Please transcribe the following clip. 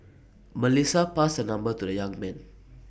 Melissa passed her number to the young man